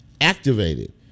Activated